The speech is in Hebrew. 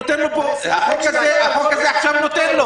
החוק הזה עכשיו נותן לו.